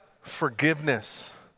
forgiveness